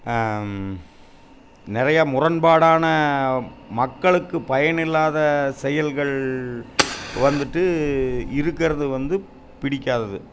நிறைய முரண்பாடான மக்களுக்கு பயனில்லாத செயல்கள் வந்துட்டு இருக்கிறது வந்து பிடிக்காதது